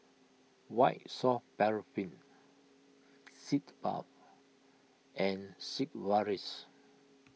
White Soft Paraffin Sitz Bath and Sigvaris